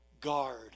Guard